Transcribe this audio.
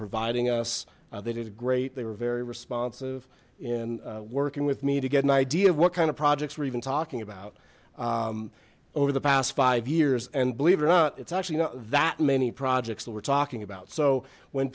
providing us they did great they were very responsive in working with me to get an idea of what kind of projects were even talking about over the past five years and believe it or not it's actually not that many projects that we're talking about so when